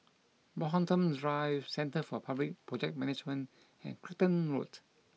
Brockhampton Drive Centre for Public Project Management and Clacton Road